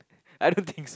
I don't think so